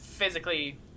Physically